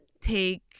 take